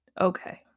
okay